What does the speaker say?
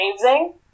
amazing